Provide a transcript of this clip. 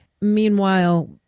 Meanwhile